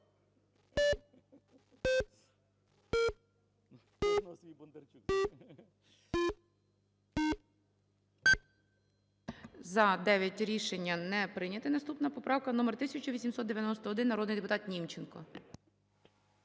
За-9 Рішення не прийнято. Наступна поправка номер 1891. Народний депутат Німченко.